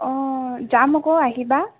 অ যাম আকৌ আহিবা